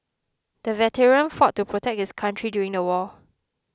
the veteran fought to protect his country during the war